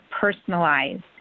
personalized